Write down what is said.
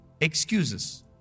excuses